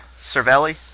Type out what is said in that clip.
Cervelli